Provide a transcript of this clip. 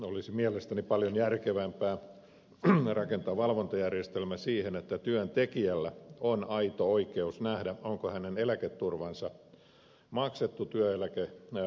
olisi mielestäni paljon järkevämpää rakentaa valvontajärjestelmä siten että työntekijällä on aito oikeus nähdä onko hänen eläketurvansa maksettu työeläkevakuutusmaksuna